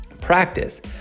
practice